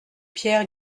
pierre